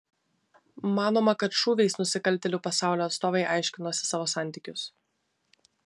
manoma kad šūviais nusikaltėlių pasaulio atstovai aiškinosi savo santykius